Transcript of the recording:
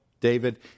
David